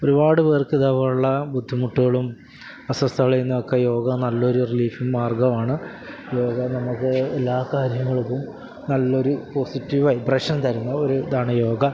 ഒരുപാട് പേര്ക്ക് ഇതേപോലുള്ള ബുദ്ധിമുട്ടുകളും അസ്വസ്ഥതകളിൽനിന്നും ഒക്കെ യോഗ നല്ലൊരു റിലീഫിംഗ് മാര്ഗമാണ് യോഗ നമുക്ക് എല്ലാ കാര്യങ്ങള്ക്കും നല്ലൊരു പോസിറ്റീവ് വൈബ്രേഷന് തരുന്ന ഒരു ഇതാണ് യോഗ